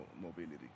mobility